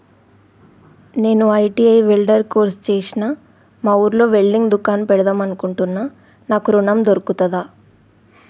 నేను ITI welder course చేశ్న మా ఊర్లో వెల్డింగ్ దుకాన్ పెడదాం అనుకుంటున్నా నాకు ఋణం దొర్కుతదా?